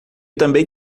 também